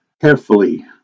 carefully